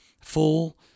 full